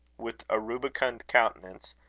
with a rubicund countenance,